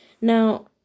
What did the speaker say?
Now